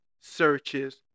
searches